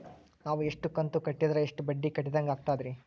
ನಾವು ಇಷ್ಟು ಕಂತು ಕಟ್ಟೀದ್ರ ಎಷ್ಟು ಬಡ್ಡೀ ಕಟ್ಟಿದಂಗಾಗ್ತದ್ರೀ?